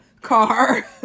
car